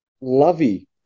lovey